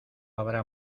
habrá